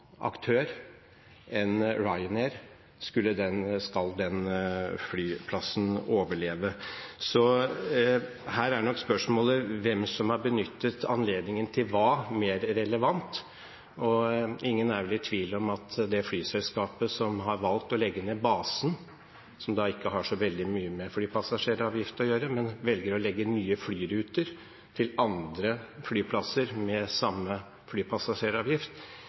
aktør enn Ryanair om den flyplassen skal overleve. Her er nok spørsmålet om hvem som har benyttet anledningen til hva, mer relevant. Ingen er vel i tvil om at det er flyselskapet som har valgt å legge ned basen, noe som ikke har så veldig mye med flypassasjeravgiften å gjøre, og velger å legge nye flyruter til andre flyplasser med samme flypassasjeravgift.